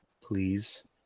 Please